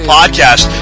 Podcast